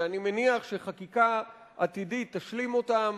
שאני מניח שחקיקה עתידית תשלים אותם.